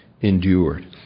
endured